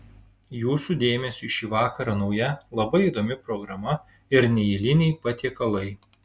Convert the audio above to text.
jūsų dėmesiui šį vakarą nauja labai įdomi programa ir neeiliniai patiekalai